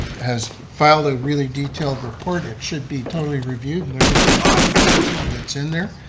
has filed a really detailed report, it should be totally reviewed, and everything should be answered that's in there.